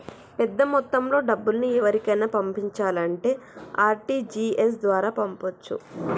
పెద్దమొత్తంలో డబ్బుల్ని ఎవరికైనా పంపించాలంటే ఆర్.టి.జి.ఎస్ ద్వారా పంపొచ్చు